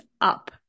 up